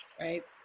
right